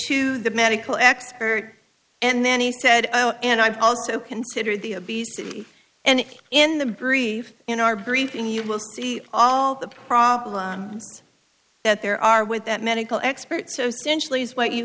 to the medical expert and then he said and i've also considered the obesity and in the brief in our briefing you will see all the problem that there are with that medical expert so